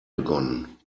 begonnen